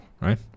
right